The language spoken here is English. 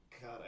God